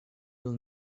will